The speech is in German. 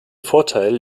vorteil